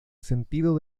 sentido